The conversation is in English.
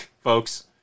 Folks